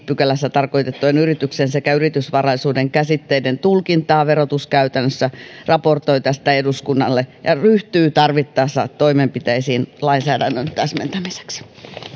pykälässä tarkoitettujen yrityksen sekä yritysvarallisuuden käsitteiden tulkintaa verotuskäytännössä raportoi tästä eduskunnalle ja ryhtyy tarvittaessa toimenpiteisiin lainsäädännön täsmentämiseksi